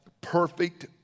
perfect